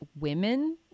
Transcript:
women